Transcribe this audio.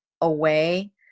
away